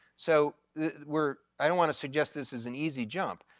so we're i don't wanna suggest this is an easy jump,